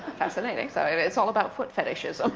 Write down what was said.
fascinating, so and it's all about foot fetishes, ah but